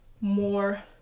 more